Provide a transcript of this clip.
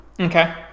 Okay